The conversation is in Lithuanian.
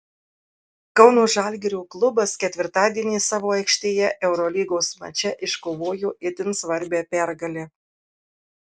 kauno žalgirio klubas ketvirtadienį savo aikštėje eurolygos mače iškovojo itin svarbią pergalę